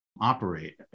operate